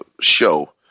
show